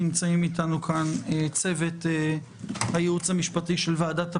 נמצאים איתנו צוות הייעוץ המשפטי של ועדת הפנים,